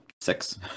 six